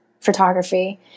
photography